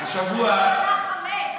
חמץ,